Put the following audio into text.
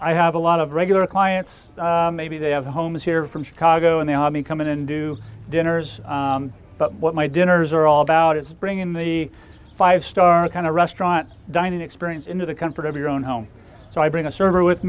i have a lot of regular clients maybe they have homes here from chicago and the army come in and do dinners but what my dinners are all about is bringing the five star kind of restaurant dining experience into the comfort of your own home so i bring a server with